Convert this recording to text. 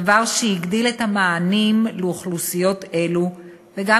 דבר שהגדיל את המענים לאוכלוסיות אלו וגם